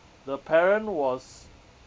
the parent was